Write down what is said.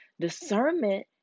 Discernment